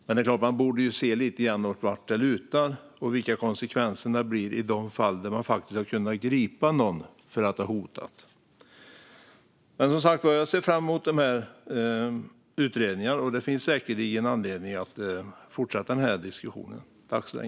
Men man borde kunna se lite vartåt det lutar och vad konsekvenserna blir i de fall någon faktiskt har kunnat gripas för att ha hotat. Jag ser som sagt fram emot slutsatserna i utredningarna. Det kommer säkerligen att finnas anledning att fortsätta diskussionen.